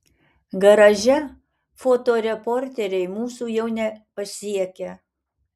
garaže fotoreporteriai mūsų jau nepasiekia